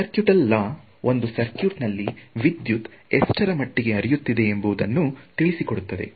circuital law ಒಂದು circuit ನಲ್ಲಿ ವಿದ್ಯುತ್ ಎಷ್ಟರಮಟ್ಟಿಗೆ ಹರಿಯುತ್ತಿದೆ ಎಂಬುದನ್ನು ತಿಳಿಸಿಕೊಡುತ್ತದೆ